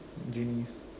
genies